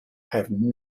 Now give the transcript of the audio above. have